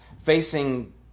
facing